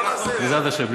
בעזרת השם.